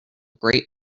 great